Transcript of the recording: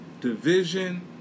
division